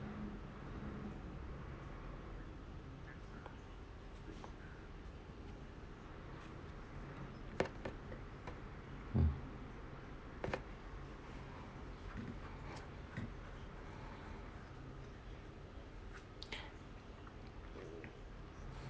mm